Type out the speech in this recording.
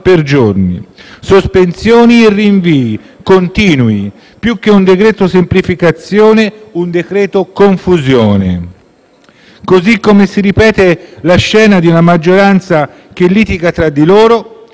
per giorni: sospensioni e rinvii continui. Più che un decreto semplificazione, un decreto confusione. Così come si ripete la scena di una maggioranza le cui forze litigano tra di loro,